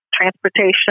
transportation